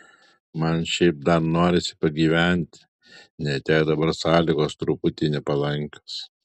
man šiaip dar norisi pagyventi net jei dabar sąlygos truputį nepalankios